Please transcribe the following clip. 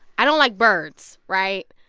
i don't like birds, right?